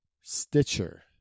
Stitcher